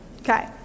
Okay